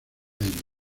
ellos